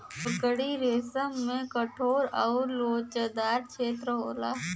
मकड़ी रेसम में कठोर आउर लोचदार छेत्र होला